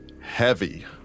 heavy